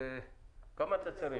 האלה,